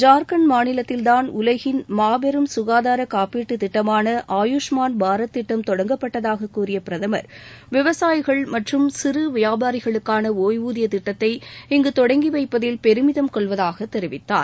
ஜா்க்கண்ட் மாநிலத்தின்தான் உலகின் மாபெரும் சுகாதா காப்பீட்டுத் திட்டமான ஆயூஷ்மான் பாரத் திட்டம் தொடங்கப்பட்டதாகக் கூறிய பிரதம் விவசாயிகள் மற்றும் சிறு வியாபாரிகளுக்கான ஒய்வூதியத் திட்டத்தை அங்கு தொடங்கி வைப்பதில் பெருமிதம் கொள்வதாகத் தெரிவித்தார்